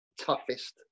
toughest